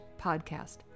podcast